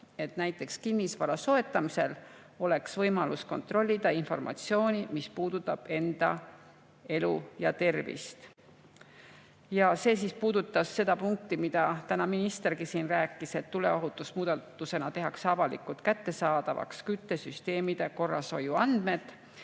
näiteks kinnisvara soetamisel oleks võimalus kontrollida informatsiooni, mis puudutab enda elu ja tervist. See puudutas seda punkti, mida täna ministergi siin rääkis, et tuleohutuse muudatusena tehakse avalikult kättesaadavaks küttesüsteemide korrashoiu andmed,